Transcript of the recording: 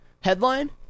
headline